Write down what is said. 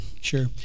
Sure